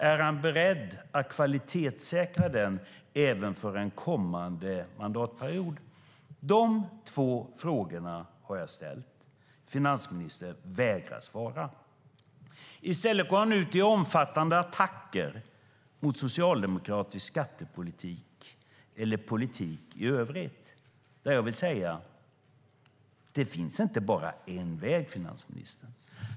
Är han beredd att kvalitetssäkra även för en kommande mandatperiod? De två frågorna har jag ställt. Finansministern vägrar svara. I stället går han ut i omfattande attacker mot socialdemokratisk skattepolitik eller politik i övrigt. Jag vill säga: Det finns inte bara en väg, finansministern.